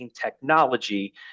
technology